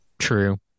True